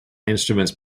instruments